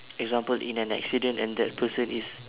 example in an accident and that person is